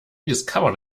discovered